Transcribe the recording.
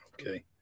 okay